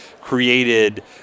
created